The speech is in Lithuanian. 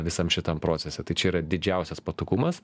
visam šitam procese tai čia yra didžiausias patogumas